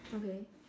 okay